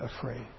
afraid